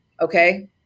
okay